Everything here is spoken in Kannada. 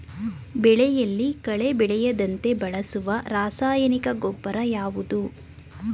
ಬೆಳೆಯಲ್ಲಿ ಕಳೆ ಬೆಳೆಯದಂತೆ ಬಳಸುವ ರಾಸಾಯನಿಕ ಗೊಬ್ಬರ ಯಾವುದು?